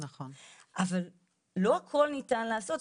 אבל לא הכל ניתן לעשות.